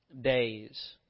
days